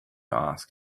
asked